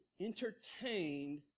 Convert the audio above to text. Entertained